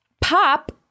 pop